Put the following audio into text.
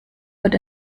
wird